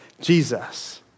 Jesus